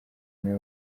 niwe